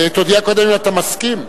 תודיע קודם אם אתה מסכים.